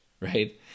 right